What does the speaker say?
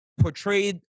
portrayed